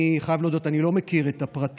אני חייב להודות, אני לא מכיר את הפרטים.